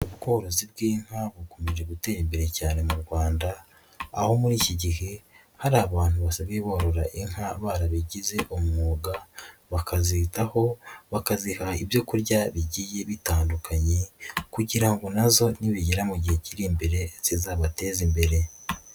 Ubworozi bw'inka bukomeje gutera imbere cyane mu Rwanda, aho muri iki gihe hari abantu basigaye borora inka barabigize umwuga, bakazitaho bakaziha ibyo kurya bigiye bitandukanye kugira ngo na zo nibigera mu gihe kiri imbere zizabateza imbere.